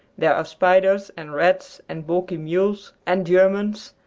there are spiders, and rats, and balky mules, and germans,